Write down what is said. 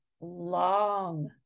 long